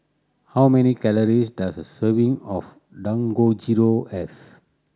how many calories does a serving of Dangojiru have